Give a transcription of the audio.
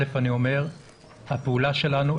ראשית אני אומר שהפעולה שלנו,